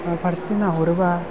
फारसेथिं नाहरोबा